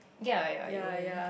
ya ya it wouldn't